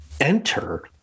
Enter